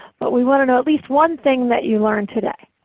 but we want to know at least one thing that you learned today.